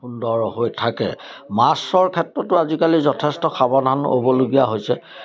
সুন্দৰ হৈ থাকে মাছৰ ক্ষেত্ৰতো আজিকালি যথেষ্ট সাৱধান হ'বলগীয়া হৈছে